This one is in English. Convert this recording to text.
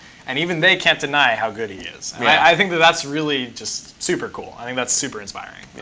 and even they can't deny how good he is. i think that that's really just super cool. i think that's super inspiring.